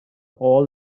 all